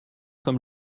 comme